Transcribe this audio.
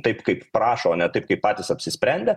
taip kaip prašo o ne taip kaip patys apsisprendę